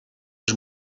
els